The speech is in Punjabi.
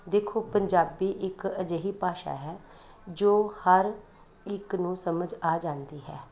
ਦੇਖੋ ਪੰਜਾਬੀ ਇੱਕ ਅਜਿਹੀ ਭਾਸ਼ਾ ਹੈ ਜੋ ਹਰ ਇੱਕ ਨੂੰ ਸਮਝ ਆ ਜਾਂਦੀ ਹੈ